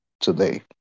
today